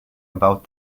about